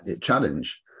challenge